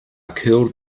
curled